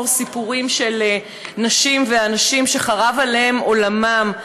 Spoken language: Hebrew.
סיפורים של נשים ואנשים שחרב עליהם עולמם,